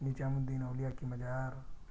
نظام الدین اولیا کی مزار